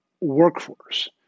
workforce